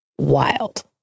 wild